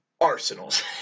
Arsenals